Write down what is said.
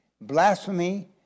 blasphemy